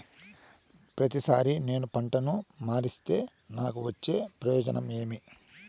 ప్రతిసారి నేను పంటను మారిస్తే నాకు వచ్చే ప్రయోజనం ఏమి?